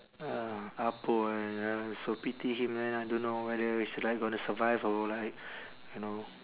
uh ah poh ya so pity him man I don't know whether he's like gonna survive or like know